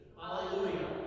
Hallelujah